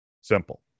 simple